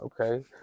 okay